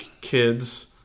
kids